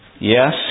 Yes